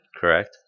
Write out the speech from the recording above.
correct